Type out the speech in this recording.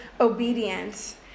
obedience